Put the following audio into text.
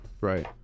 Right